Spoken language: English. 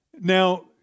now